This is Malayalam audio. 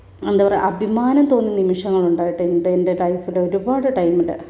എന്താ പറയുക അഭിമാനം തോന്നുന്ന നിമിഷങ്ങളുണ്ടായിട്ടുണ്ട് എൻ്റെ ലൈഫില് ഒരുപാട് ടൈമില്